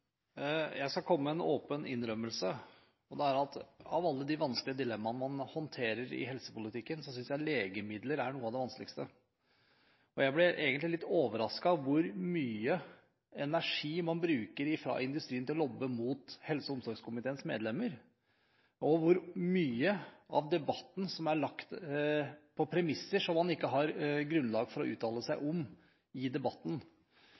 Jeg skal komme med en åpen innrømmelse, og det er at av alle de vanskelige dilemmaene man håndterer i helsepolitikken, synes jeg legemidler er noe av det vanskeligste. Jeg blir egentlig litt overrasket over hvor mye energi man bruker i industrien på å lobbe mot helse- og omsorgskomiteens medlemmer, og hvor mye i debatten som er lagt av premisser man ikke har grunnlag for å uttale seg